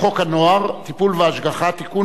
הנוער (טיפול והשגחה) (תיקון,